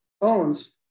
owns